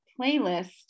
playlist